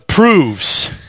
proves